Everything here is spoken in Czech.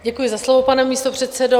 Děkuji za slovo, pane místopředsedo.